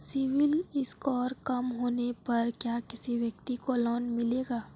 CIBIL score बहुत कम होने पर क्या किसी व्यक्ति को लोंन मिलेगा?